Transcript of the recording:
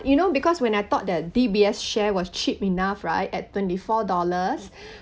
you know because when I thought that D_B_S share was cheap enough right at twenty four dollars